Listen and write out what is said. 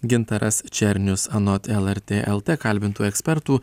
gintaras černius anot lrt lt kalbintų ekspertų